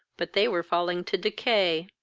but they were falling to decay.